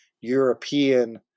European